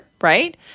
right